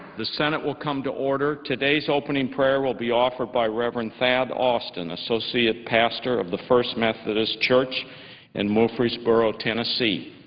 the senate will come to order. today's opening prayer will be offered by reverend thad austin, associate pastor of the first methodist church in murfreesboro, tennessee.